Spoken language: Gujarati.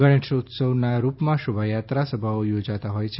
ગણેશોત્સવના રૂપમાં શોભાયાત્રા સભાઓ યોજાતા હોય છે